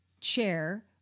Chair